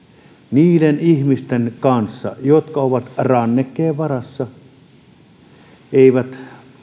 niiden ihmisten kanssa jotka ovat rannekkeen varassa ja eivät